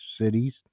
cities